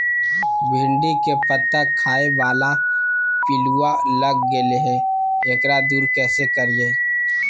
भिंडी के पत्ता खाए बाला पिलुवा लग गेलै हैं, एकरा दूर कैसे करियय?